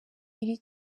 iri